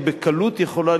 היא בקלות יכולה